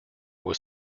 was